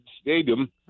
stadium